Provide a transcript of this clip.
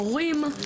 מורים,